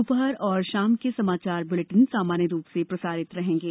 दोपहर और शाम के समाचार बुलेटिन सामान्य रूप से प्रसारित होते रहेंगे